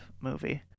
movie